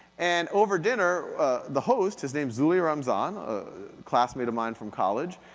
and over dinner the host, his name's zuli ramzan, a classmate of mine from college,